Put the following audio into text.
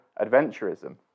adventurism